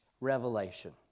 revelation